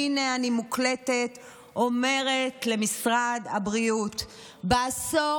הינה אני מוקלטת ואומרת למשרד הבריאות: בעשור